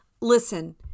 Listen